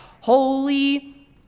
holy